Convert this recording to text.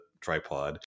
tripod